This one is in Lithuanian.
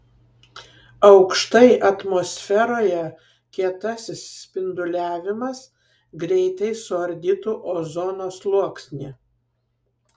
aukštai atmosferoje kietasis spinduliavimas greitai suardytų ozono sluoksnį